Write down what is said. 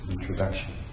Introduction